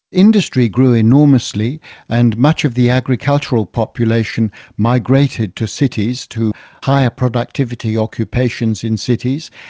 industry grew enormously and much of the agricultural population migrated to cities, to higher productivity occupations in cities.